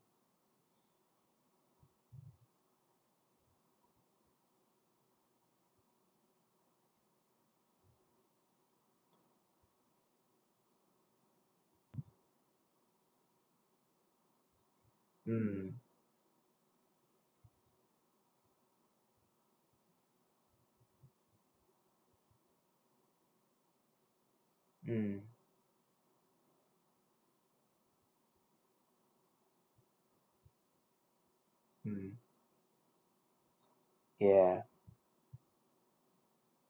mm mm mm ya